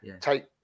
take